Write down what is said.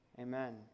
Amen